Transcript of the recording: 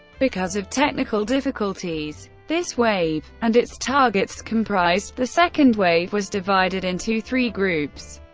because of technical difficulties. this wave and its targets comprised the second wave was divided into three groups.